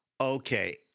Okay